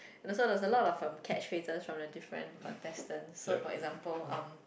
and also there is a lot of um catchphrases from the different contestant so for example um